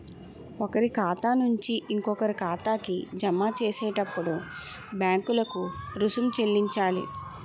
ఒకరి ఖాతా నుంచి ఇంకొకరి ఖాతాకి జమ చేసేటప్పుడు బ్యాంకులకు రుసుం చెల్లించాలి